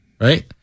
right